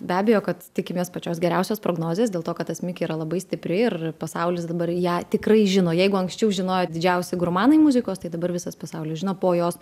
be abejo kad tikimės pačios geriausios prognozės dėl to kad asmik yra labai stipri ir pasaulis dabar ją tikrai žino jeigu anksčiau žinojo didžiausi gurmanai muzikos tai dabar visas pasaulis žino po jos